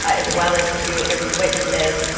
as well as to interview witnesses,